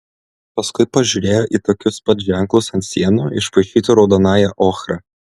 paskui pažiūrėjo į tokius pat ženklus ant sienų išpaišytų raudonąja ochra